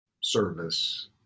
service